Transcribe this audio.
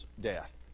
death